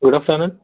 good afternoon